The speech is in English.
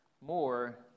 more